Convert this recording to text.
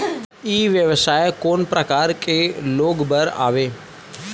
ई व्यवसाय कोन प्रकार के लोग बर आवे?